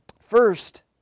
First